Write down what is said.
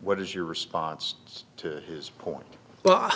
what is your response to his point well